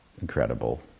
incredible